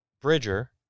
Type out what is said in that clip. Bridger